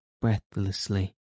breathlessly